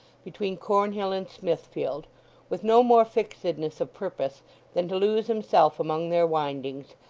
between cornhill and smithfield with no more fixedness of purpose than to lose himself among their windings,